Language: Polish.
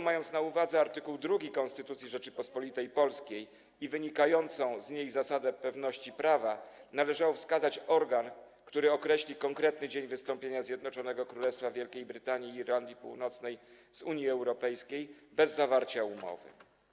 Mając na uwadze art. 2 Konstytucji Rzeczypospolitej Polskiej i wynikającą z niego zasadę pewności prawa, należy wskazać organ, który określi konkretny dzień wystąpienia Zjednoczonego Królestwa Wielkiej Brytanii i Irlandii Północnej z Unii Europejskiej bez zawarcia umowy.